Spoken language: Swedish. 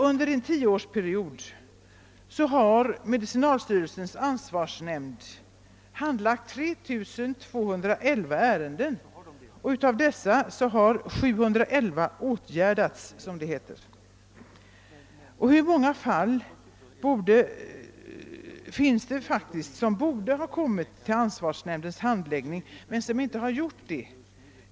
Under en tioårsperiod har medicinalstyrelsens ansvarsnämnd handlagt 3 211 ärenden, och av dessa har 711 »åtgärdats», som det heter. Men hur många fall finns det som borde ha handlagts av ansvarsnämnden utan: att så skett?